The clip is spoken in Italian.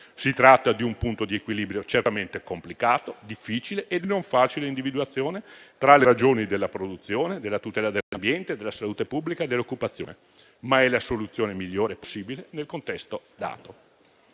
Si tratta di un punto di equilibrio certamente complicato, difficile e di non facile individuazione, tra le ragioni della produzione, della tutela dell'ambiente della salute pubblica e dell'occupazione, ma è la soluzione migliore possibile nel contesto dato.